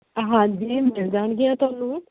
ਹਾਂਜੀ ਮਿਲ ਜਾਣਗੀਆਂ ਤੁਹਾਨੂੰ